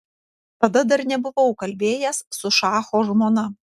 tada dar nebuvau kalbėjęs su šacho žmona